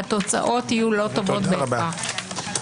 והתוצאות יהיו לא טובות בהכרח.